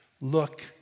Look